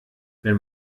wenn